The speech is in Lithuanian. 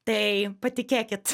tai patikėkit